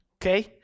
Okay